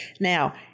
Now